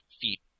feet